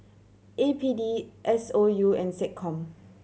A P D S O U and SecCom